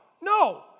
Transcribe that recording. no